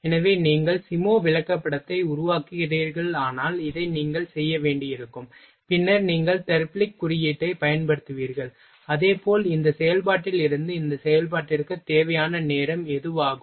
எனவே நீங்கள் சிமோ விளக்கப்படத்தை உருவாக்குகிறீர்களானால் இதை நீங்கள் செய்ய வேண்டியிருக்கும் பின்னர் நீங்கள் தெர்பிலிக் குறியீட்டைப் பயன்படுத்துவீர்கள் அதே போல் இந்த செயல்பாட்டிலிருந்து இந்த செயல்பாட்டிற்கு தேவையான நேரம் எதுவாகும்